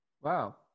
Wow